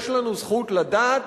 יש לנו זכות לדעת